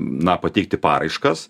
na pateikti paraiškas